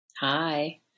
Hi